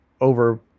over